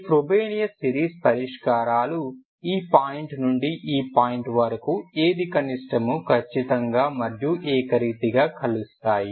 ఈ Frobenius series పరిష్కారాలు ఈ పాయింట్ నుండి ఈ పాయింట్ వరకు ఏది కనిష్టమో ఖచ్చితంగా మరియు ఏకరీతిగా కలుస్తాయి